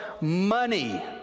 money